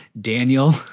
Daniel